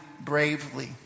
bravely